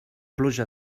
pluja